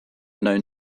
known